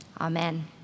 Amen